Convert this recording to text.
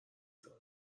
زنم